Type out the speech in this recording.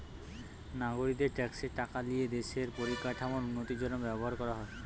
নাগরিকদের ট্যাক্সের টাকা লিয়ে দেশের পরিকাঠামোর উন্নতির জন্য ব্যবহার করা হয়